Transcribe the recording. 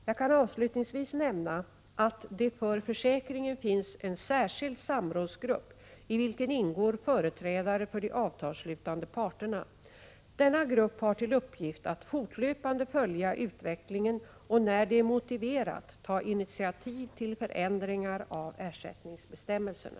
Jag kan avslutningsvis nämna att det för försäkringen finns en särskild samrådsgrupp, i vilken ingår företrädare för de avtalsslutande parterna. Denna grupp har till uppgift att fortlöpande följa utvecklingen och när det är motiverat ta initiativ till förändringar av ersättningsbestämmelserna.